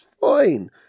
fine